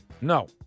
No